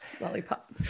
lollipop